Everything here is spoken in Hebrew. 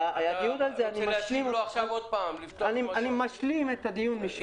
אני משלים את הדיון משם.